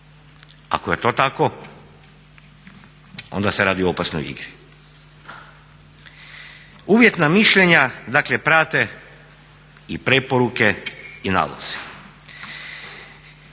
Ako je to tako onda se radi o opasnoj igri. Uvjetna mišljenja dakle prate i preporuke i nalozi.